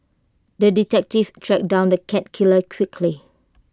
the detective tracked down the cat killer quickly